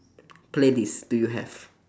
playlist do you have